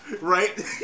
right